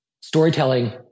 storytelling